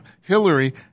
Hillary –